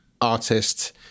artist